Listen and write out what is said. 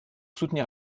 soutenir